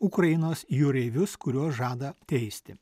ukrainos jūreivius kuriuos žada teisti